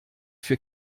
für